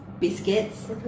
Biscuits